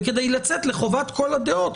וכדי לצאת ידי חובת כל הדעות,